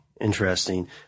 interesting